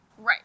Right